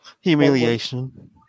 Humiliation